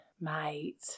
mate